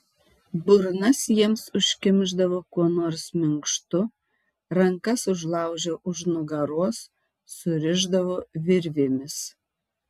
burnas jiems užkimšdavo kuo nors minkštu rankas užlaužę už nugaros surišdavo virvėmis